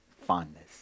fondness